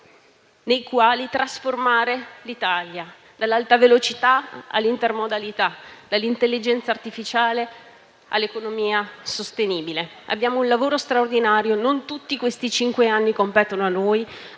nei quali trasformare l'Italia: dall'alta velocità all'intermodalità, dall'intelligenza artificiale all'economia sostenibile. Abbiamo da fare un lavoro straordinario. Non tutti i cinque anni competono a noi;